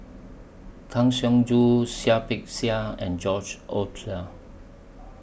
Kang Siong Joo Seah Peck Seah and George Oehlers